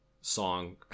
song